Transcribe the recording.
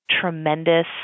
tremendous